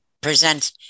present